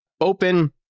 open